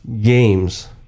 games